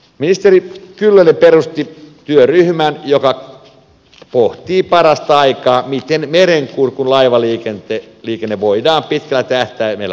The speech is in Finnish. ministeri kyllönen perusti työryhmän joka pohtii parastaikaa miten merenkurkun laivaliikenteen liikenne voidaan pitkällä tähtäimellä